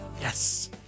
Yes